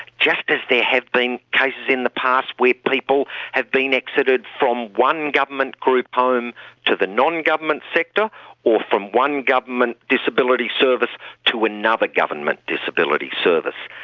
just as there have been cases in the past where people have been exited from one government group home to the non-government sector or from one government disability service to another like government disability service.